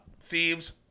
thieves